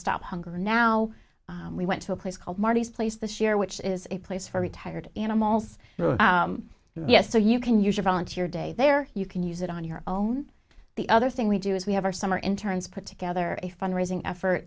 stop hunger now we went to a place called marty's place this year which is a place for retired animals yes so you can you should volunteer day there you can use it on your own the other thing we do is we have our summer interns put together a fund raising effort